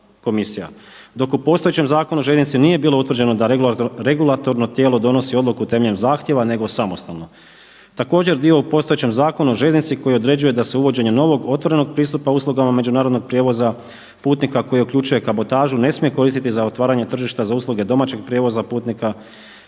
Dok u postojećem zakonu o željeznici nije bilo utvrđeno da regulatorno tijelo donosi odluku temeljem zahtjeva nego samostalno. Također dio u postojećem Zakonu o željeznici koji određuje da se uvođenjem novog, otvorenog pristupa uslugama međunarodnog prijevoza putnika koji uključuje kabotažu ne smije koristiti za otvaranje tržišta za usluge domaćeg prijevoza putnika